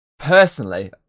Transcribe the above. Personally